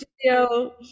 studio